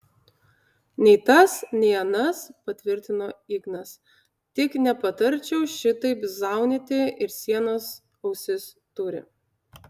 nei tas nei anas patvirtino ignas tik nepatarčiau šitaip zaunyti ir sienos ausis turi